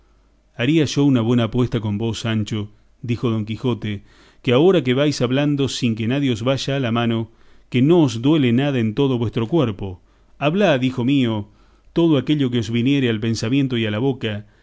haría yo una buena apuesta con vos sancho dijo don quijote que ahora que vais hablando sin que nadie os vaya a la mano que no os duele nada en todo vuestro cuerpo hablad hijo mío todo aquello que os viniere al pensamiento y a la boca